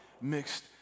mixed